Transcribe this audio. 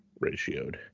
ratioed